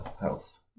house